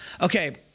Okay